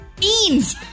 Beans